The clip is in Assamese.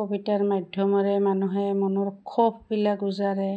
কবিতাৰ মাধ্যমেৰে মানুহে মনৰ ক্ষোভবিলাক ওজাৰে